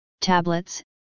tablets